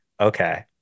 Okay